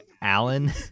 Alan